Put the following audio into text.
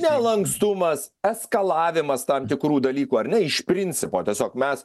nelankstumas eskalavimas tam tikrų dalykų ar ne iš principo tiesiog mes